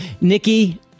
Nikki